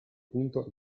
punto